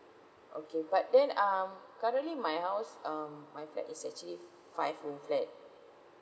okay but then um currently my house um my flat is actually five room flat